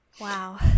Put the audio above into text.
wow